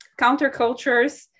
countercultures